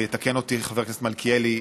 ויתקן אותי חבר הכנסת מלכיאלי,